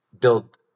build